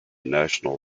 national